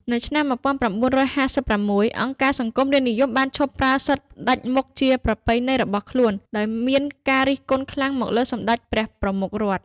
នៅឆ្នាំ ១៩៦៦ អង្គការសង្គមរាស្ត្រនិយមបានឈប់ប្រើសិទ្ធិផ្តាច់មុខជាប្រពៃណីរបស់ខ្លួន ដោយមានការរិះគន់ខ្លាំងមកលើសម្ដេចព្រះប្រមុខរដ្ឋ។